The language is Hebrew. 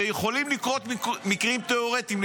ויכולים לקרות מקרים תיאורטיים,